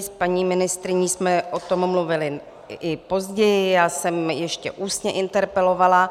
S paní ministryní jsme o tom mluvily i později, já jsem ještě ústně interpelovala.